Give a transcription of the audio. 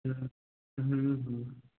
हूँ हूँ हु